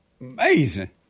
Amazing